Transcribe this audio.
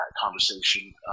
conversation